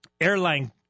airline